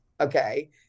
Okay